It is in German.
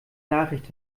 nachricht